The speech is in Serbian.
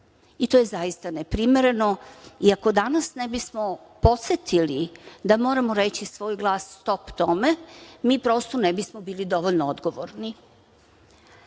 To je zaista neprimereno. Ako danas ne bismo podsetili da moramo reći svoj glas „stop“ tome, mi prosto ne bismo bili dovoljno odgovorni. Daje